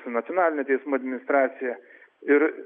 nacionalinė teismų administracija ir